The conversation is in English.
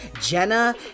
Jenna